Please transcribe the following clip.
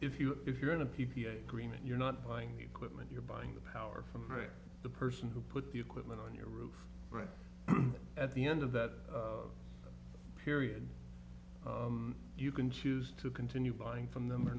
if you if you're in a p p a agreement you're not buying the equipment you're buying the power from the person who put the equipment on your roof right at the end of that period you can choose to continue buying from them or